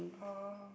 ah